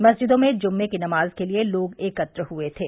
मस्जिदों में जुम्मे की नमाज के लिए लोग एकत्र हुए थे